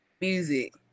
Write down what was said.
music